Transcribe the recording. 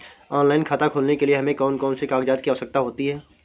Online खाता खोलने के लिए हमें कौन कौन से कागजात की आवश्यकता होती है?